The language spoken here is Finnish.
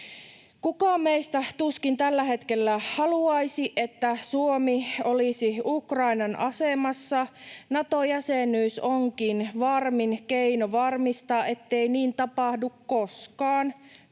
Kukaan meistä tuskin tällä hetkellä haluaisi, että Suomi olisi Ukrainan asemassa. Nato-jäsenyys onkin varmin keino varmistaa, ettei niin tapahdu koskaan